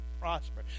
prosper